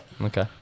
Okay